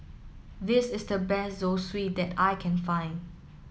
this is the best Zosui that I can find